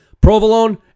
Provolone